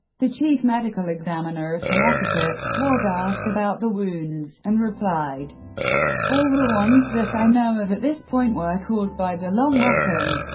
the chief medical examiner of connecticut, was asked about the wounds, and replied all the ones that i know of at this point were caused by the long weapon.